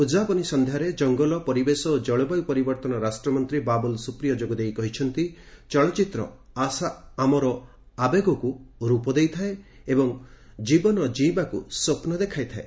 ଉଦ୍ଯାପନୀ ସନ୍ଧ୍ୟାରେ ଜଙ୍ଗଲ ପରିବେଶ ଓ ଜଳବାୟୁ ପରିବର୍ତ୍ତନ ରାଷ୍ଟ୍ରମନ୍ତ୍ରୀ ବାବୁଲ୍ ସୁପ୍ରିଓ ଯୋଗଦେଇ କହିଛନ୍ତି ଚଳଚ୍ଚିତ୍ର ଆମର ଆବେଗକୁ ରୂପ ଦେଇଥାଏ ଏବଂ ଜୀବନକୁ ଜୀଇଁବାର ସ୍ୱପ୍ନ ଦେଖାଇଥାଏ